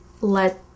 let